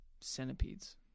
centipedes